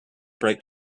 bright